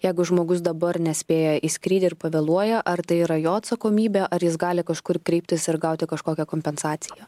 jeigu žmogus dabar nespėja į skrydį ir pavėluoja ar tai yra jo atsakomybė ar jis gali kažkur kreiptis ir gauti kažkokią kompensaciją